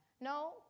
no